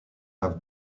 have